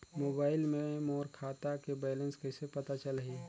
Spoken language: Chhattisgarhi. मोबाइल मे मोर खाता के बैलेंस कइसे पता चलही?